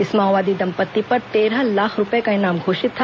इस माओवादी दंपत्ति पर तेरह लाख रूपये का इनाम घोषित था